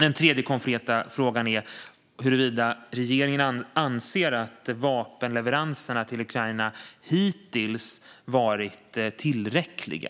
Den tredje konkreta frågan är huruvida regeringen anser att vapenleveranserna till Ukraina hittills har varit tillräckliga.